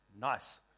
nice